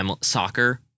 soccer